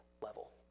level